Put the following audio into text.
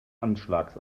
anschlags